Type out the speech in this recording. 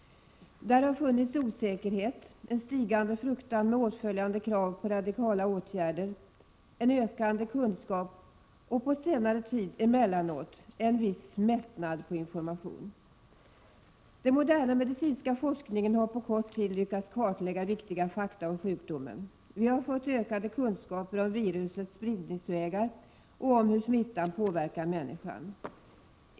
Där har funnits osäkerhet, en stigande fruktan med åtföljande krav på radikala åtgärder, en ökande kunskap och emellanåt, på senare tid, en viss mättnad på information. Den moderna medicinska forskningen har på kort tid lyckats kartlägga viktiga fakta om sjukdomen. Vi har fått ökade kunskaper om virusets spridningsvägar och om hur smittan påverkar människan.